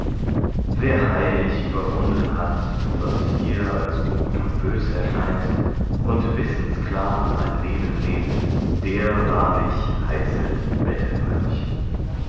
wer heilig überwunden hat was hier als gut und bös erscheint und wissensklar sein leben lebt der wahrlich heißet bettelmönch